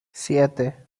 siete